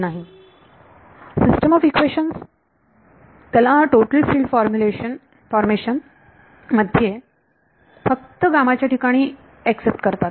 system of equations त्याला total field formation मध्ये फक्त च्या ठिकाणी एक्सेप्ट करतात